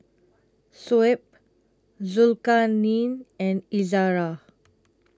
Shuib Zulkarnain and Izara